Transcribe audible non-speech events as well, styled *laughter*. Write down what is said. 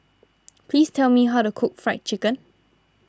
*noise* please tell me how to cook Fried Chicken